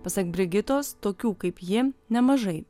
pasak brigitos tokių kaip ji nemažai